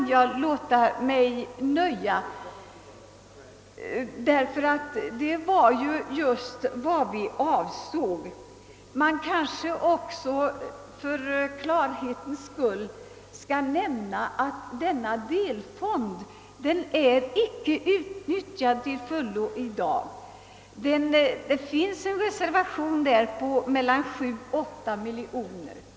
Det är dock viktigt att kamrarna är eniga i denna uppfattning. Det är den saken jag vill ha fastslagen. Jag kanske också för klarhetens skull skall nämna, att delfonden i dag inte är utnyttjad till fullo. Det finns reserverade medel på 7—38 miljoner kronor.